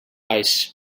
ice